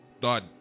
done